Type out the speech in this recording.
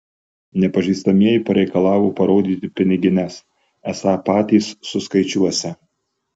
nepažįstamieji pareikalavo parodyti pinigines esą patys suskaičiuosią